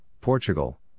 Portugal